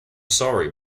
sorry